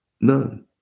None